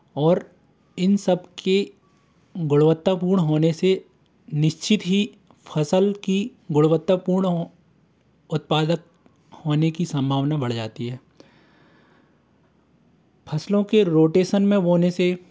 और इन सब के गुणवत्तापूर्ण होने से निश्चित ही फ़सल की गुणवत्तापूर्ण हो उत्पादक होने की सम्भावना बढ़ जाती है फ़सलों के रोटेसन में वो बोने से